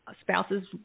spouses